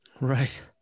Right